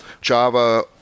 Java